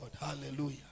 Hallelujah